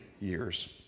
years